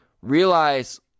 realize